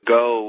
go